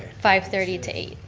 five thirty to eight